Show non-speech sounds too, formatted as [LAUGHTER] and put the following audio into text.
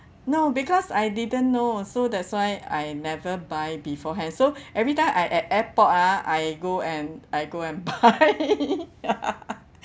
no because I didn't know so that's why I never buy beforehand so every time I at airport ah I go and I go and buy [LAUGHS]